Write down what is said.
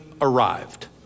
arrived